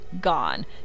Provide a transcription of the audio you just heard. gone